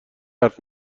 حرف